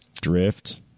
drift